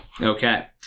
Okay